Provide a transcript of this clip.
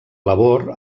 labor